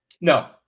No